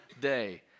day